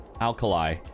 Alkali